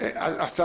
אוקיי.